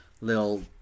little